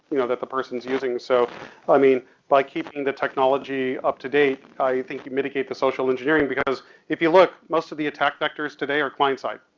you know, that the person's using, so i mean by keeping the technology up to date i think you mitigate the social engineering because if you look most of the attack vectors today are client side.